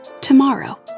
tomorrow